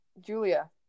Julia